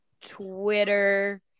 Twitter